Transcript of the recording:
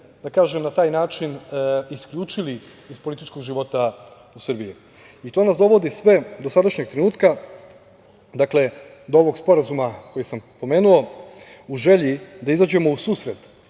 sami sebe na taj način isključili iz političkog života u Srbiji. To nas dovodi sve do sadašnjeg trenutka, do ovog sporazuma koji sam pomenuo, u želji da izađemo u susret